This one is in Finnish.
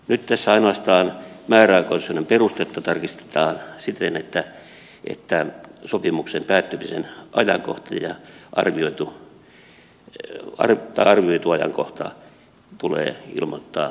nyt tässä ainoastaan määräaikaisuuden perustetta tarkistetaan siten että sopimuksen päättymisen arvioitu ajankohta tulee ilmoittaa työntekijälle